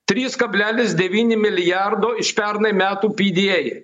trys kablelis devyni milijardo iš pernai metų pda